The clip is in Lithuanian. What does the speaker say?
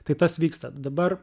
tai tas vyksta dabar